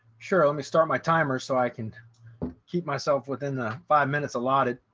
sure. let me start my timer so i can keep myself within the five minutes allotted.